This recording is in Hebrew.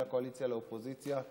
בעניין הצעת החוק שעברה פה כרגע,